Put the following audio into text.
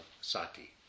sati